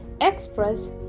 express